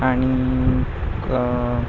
आनी